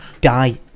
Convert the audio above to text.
die